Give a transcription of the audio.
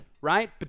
right